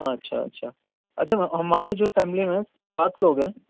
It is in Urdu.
اچھا اچھا اچھا ہمارے جو فیملی میں سات لوگ ہیں